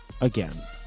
Again